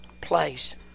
place